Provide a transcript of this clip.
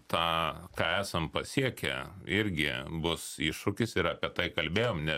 tą ką esam pasiekę irgi bus iššūkis ir apie tai kalbėjom ne